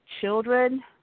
children